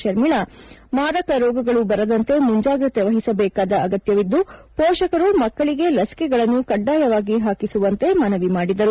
ಶರ್ಮಿಳಾ ಮಾರಕ ರೋಗಗಳು ಬರದಂತೆ ಮುಂಜಾಗ್ರತೆ ವಹಿಸಬೇಕಾದ ಅಗತ್ಯವಿದ್ದು ಪೋಷಕರು ಮಕ್ಕಳಿಗೆ ಲಸಿಕೆಗಳನ್ನು ಕಡ್ಡಾಯವಾಗಿ ಹಾಕಿಸುವಂತೆ ಮನವಿ ಮಾಡಿದರು